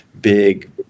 big